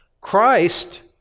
Christ